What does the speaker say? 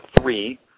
three